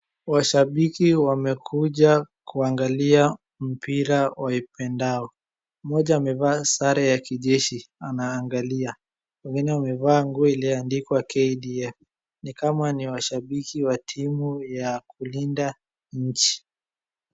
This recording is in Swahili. Washabiki wamekuja kuangalia mpira waipendayo, mmoja amevaa sare ya kijeshi anaangalia, wengine wamevaa nguo iliyoandikwa KDF, ni kama ni washabiki ya timu ya kulinda nchi.